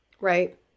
right